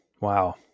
Wow